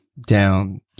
down